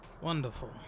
Wonderful